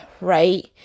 right